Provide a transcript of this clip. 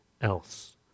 else